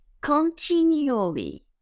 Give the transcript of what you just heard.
continually